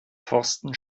thorsten